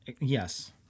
Yes